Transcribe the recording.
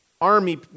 army